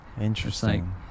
interesting